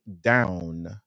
down